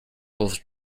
both